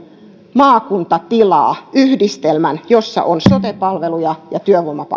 maakunta tilaa yhdistelmän jossa on sote palveluja ja työvoimapalveluja